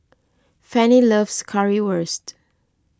Fannie loves Currywurst